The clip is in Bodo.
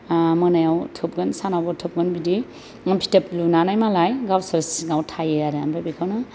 मोनायाव थोबगोन सानावबो थोबगोन बिदि फिथोब लुनानै मालाय गावसोर सिङाव थायो आरो ओमफ्राय बेखौनो